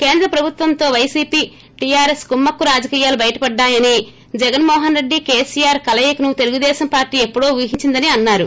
కేంద్ర ప్రభుత్వంతో YCP TRS కుమ్మక్కు రాజకీయాలు బయటపడ్డాయని జగన్మోహన్ రెడ్డి కేసీఆర్ కలయికను తెలుగుదేశం పార్టీ ఎప్పుడో ఊహించిందని అన్నారు